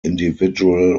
individual